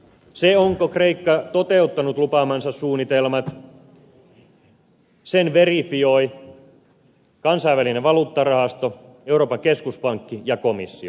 sen onko kreikka toteuttanut lupaamansa suunnitelmat verifioi kansainvälinen valuuttarahasto euroopan keskuspankki ja komissio